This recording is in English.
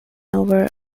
over